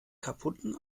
kaputten